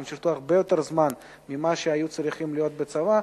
כי הם שירתו הרבה יותר זמן ממה שהם היו צריכים להיות בצבא.